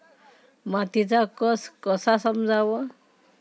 मातीचा कस कसा समजाव?